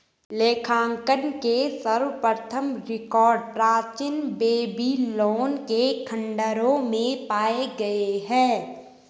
लेखांकन के सर्वप्रथम रिकॉर्ड प्राचीन बेबीलोन के खंडहरों में पाए गए हैं